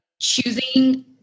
choosing